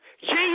Jesus